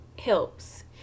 helps